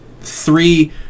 three